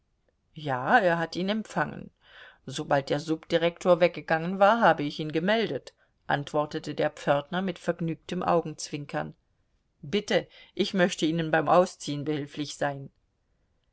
ja er hat ihn empfangen sobald der subdirektor weggegangen war habe ich ihn gemeldet antwortete der pförtner mit vergnügtem augenzwinkern bitte ich möchte ihnen beim ausziehen behilflich sein